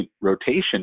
rotation